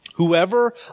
Whoever